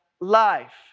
life